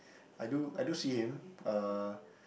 I do I do see him uh